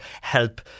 help